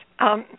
Yes